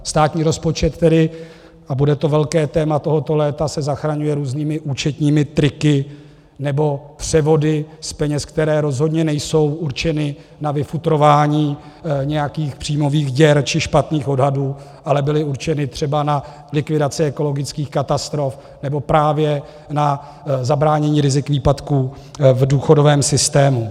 Státní rozpočet tedy, a bude to velké téma tohoto léta, se zachraňuje různými účetními triky nebo převody z peněz, které rozhodně nejsou určeny na vyfutrování nějakých příjmových děr či špatných odhadů, ale byly určeny třeba na likvidaci ekologických katastrof nebo právě na zabránění rizik výpadků v důchodovém systému.